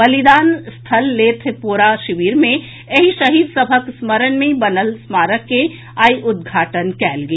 बलिदान स्थल लेथपोरा शिविर मे एहि शहीद सभक स्मरण मे बनल स्मारक के आई उद्घाटन कयल गेल